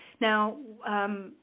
Now